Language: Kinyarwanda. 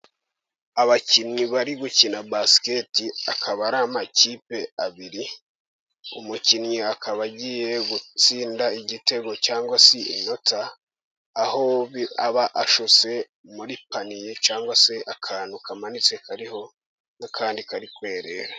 Abakinnyi bari gukina basikete, akaba ari amakipe abiri, umukinnyi akaba agiye gutsinda igitego cyangwa se inota, aho aba ashose muri paniye cyangwa se akantu kamanitse kariho n'akandi kari kwerera.